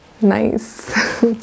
Nice